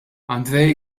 andrei